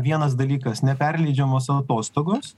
vienas dalykas neperleidžiamos atostogos